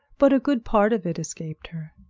but a good part of it escaped her.